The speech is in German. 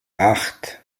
acht